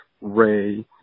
Ray